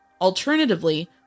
Alternatively